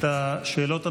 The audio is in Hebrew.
את השאלות הנוספות,